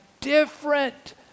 different